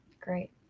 Great